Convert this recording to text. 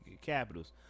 capitals